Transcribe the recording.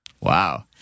Wow